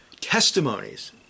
testimonies